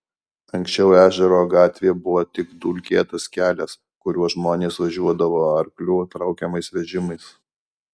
anksčiau ežero gatvė buvo tik dulkėtas kelias kuriuo žmonės važiuodavo arklių traukiamais vežimais